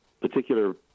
particular